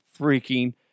freaking